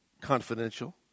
confidential